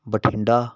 Bathinda